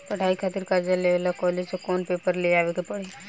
पढ़ाई खातिर कर्जा लेवे ला कॉलेज से कौन पेपर ले आवे के पड़ी?